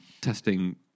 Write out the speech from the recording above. testing